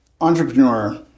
entrepreneur